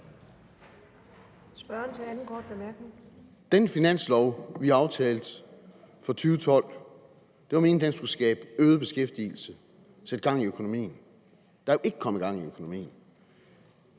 Den finanslov, vi aftalte for 2012, var det meningen skulle skabe øget beskæftigelse, sætte gang i økonomien. Der er jo ikke kommet gang i økonomien.